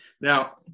Now